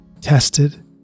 Tested